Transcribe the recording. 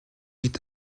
хэт